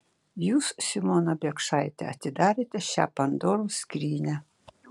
jūs simona biekšaite atidarėte šią pandoros skrynią